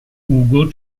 ugo